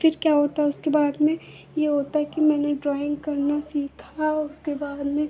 फिर क्या होता है उसके बाद में यह होता है कि मैंने ड्रॉइन्ग करना सीखा और उसके बाद में